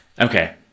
Okay